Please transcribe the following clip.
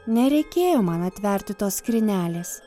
nereikėjo man atverti tos skrynelės